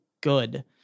good